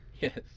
Yes